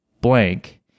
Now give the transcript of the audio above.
blank